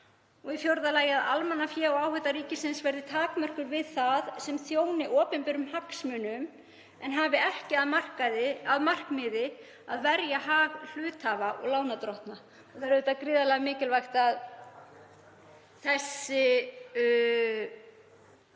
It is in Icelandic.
sé tryggð. 4. Að almannafé og áhætta ríkisins verði takmörkuð við það sem þjóni opinberum hagsmunum, en hafi ekki að markmiði að verja hag hluthafa eða lánardrottna. Það er auðvitað gríðarlega mikilvægt að þessar